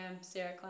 Sarah